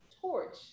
torch